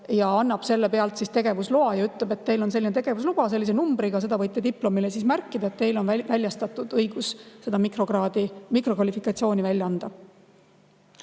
ja annab selle alusel tegevusloa ning ütleb, et teil on selline tegevusluba sellise numbriga, selle võite lõpudokumendile märkida, teile on väljastatud õigus seda mikrokvalifikatsiooni anda.